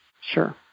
Sure